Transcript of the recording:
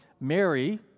Mary